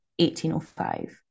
1805